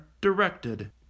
directed